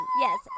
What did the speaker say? Yes